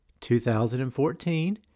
2014